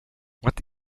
what